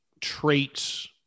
traits